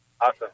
Awesome